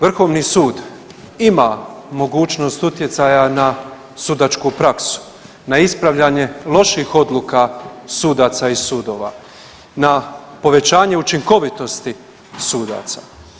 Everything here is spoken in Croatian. Vrhovni sud ima mogućnost utjecaja na sudačku praksu, na ispravljanje loših odluka sudaca i sudova, na povećanje učinkovitosti sudaca.